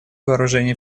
вооружений